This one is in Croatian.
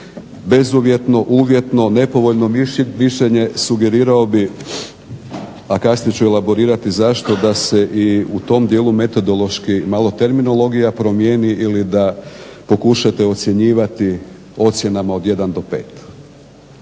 bezuvjetno, uvjetno i nepovoljno mišljenje sugerirao bih, a kasnije ću elaborirati zašto da se i u tom dijelu metodološki malo terminologija promijeni ili da pokušate ocjenjivati ocjenama od 1 do 5.